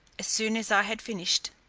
as soon as i had finished,